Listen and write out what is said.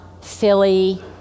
Philly